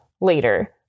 later